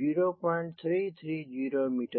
0330 metre है